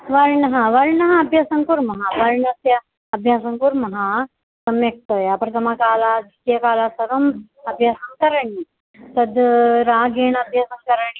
वर्णः वर्णः अभ्यासं कुर्मः वर्णस्य अभ्यासं कुर्मः सम्यक्तया प्रथमकाल द्वितीयकाल सर्वम् अभ्यासं करणीयं तद् रागेण अभ्यासं करणीयम्